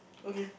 okay